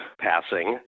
passing